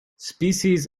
species